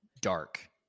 dark